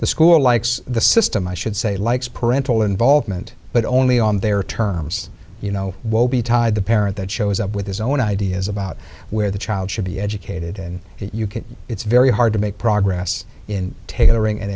the school likes the system i should say likes parental involvement but only on their terms you know won't be tied the parent that shows up with his own ideas about where the child should be educated and you can it's very hard to make progress in tailoring and